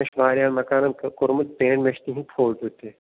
مےٚ چھُ واریاہَن مکانَن کوٚرمُت پینٛٹ مےٚ چھِ تِہِنٛدۍ فوٹوٗ تہِ